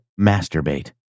masturbate